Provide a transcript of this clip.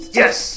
yes